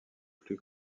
plus